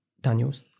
Daniels